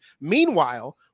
Meanwhile